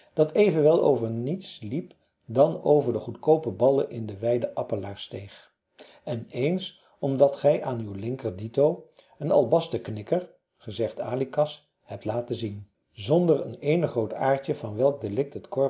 dat evenwel over niets liep dan over goedkoope ballen in de wijde appelaarsteeg en eens omdat gij aan uw linker dito een albasten knikker gezegd alikas hebt laten zien zonder een eenig rood aartje van welk delict